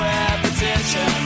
repetition